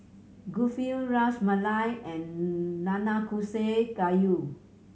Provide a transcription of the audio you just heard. Kulfi Ras Malai and Nanakusa Gayu